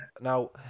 Now